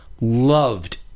loved